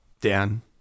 Dan